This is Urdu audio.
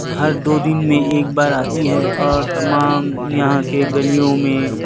ہر دو دن میں ایک بار آتی ہے اور تمام یہاں کے گلیوں میں